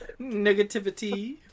Negativity